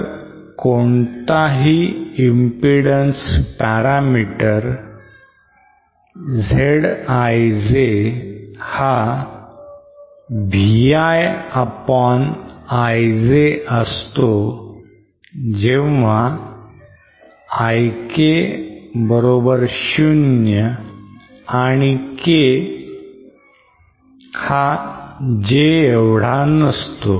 तर कोणताही impedance parameter Zij हा Vi upon Ij असतो जेव्हा Ik 0 आणि k not equal to J